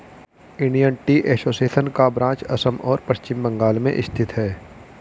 Indian tea association का branch Assam और पश्चिम बंगाल में स्थित है